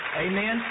amen